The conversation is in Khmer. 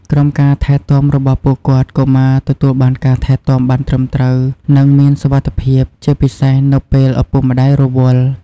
ក្រោមការថែទាំរបស់ពួកគាត់ កុមារទទួលបានការថែទាំបានត្រឹមត្រូវ និងមានសុវត្ថិភាព ជាពិសេសនៅពេលឪពុកម្តាយរវល់។